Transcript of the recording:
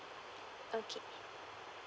okay